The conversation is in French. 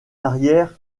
arrière